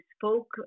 spoke